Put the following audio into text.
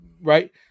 right